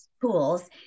tools